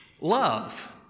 love